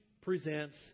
presents